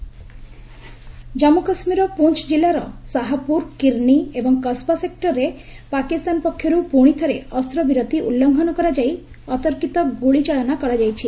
ceasefire Jammu କାଶ୍ମୀରର ପୁଞ୍ ଜିଲ୍ଲାର ଶାହାପୁର କିର୍ନୀ ଏବଂ କସବା ସେକ୍ଟରରେ ପାକିସ୍ତାନ ପକ୍ଷରୁ ପୁଣି ଥରେ ଅସ୍ତ୍ରବିରତି ଉଲ୍ଲୁଙ୍ଘନ କରାଯାଇ ଅତର୍କିତ ଗୁଳିଚାଳନା କରାଯାଇଛି